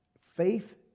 Faith